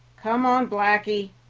come on, blackie.